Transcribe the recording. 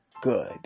good